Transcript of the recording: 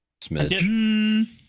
Smidge